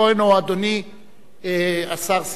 או אדוני השר שמחון.